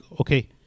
okay